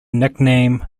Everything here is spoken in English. nickname